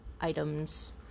items